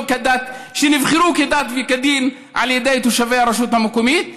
כדת וכדין על ידי תושבי הרשות המקומית?